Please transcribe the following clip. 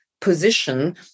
position